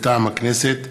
מטעם הכנסת,